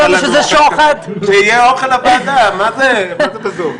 שיהיה אוכל לוועדה, מה זה בזום?